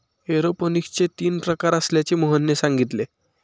एरोपोनिक्सचे तीन प्रकार असल्याचे मोहनने सांगितले